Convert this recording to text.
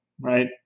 right